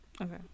okay